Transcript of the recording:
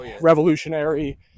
revolutionary